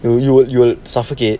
you you you will suffocate